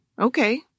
Okay